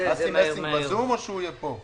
אסי מסינג בזום או שהוא יהיה פה?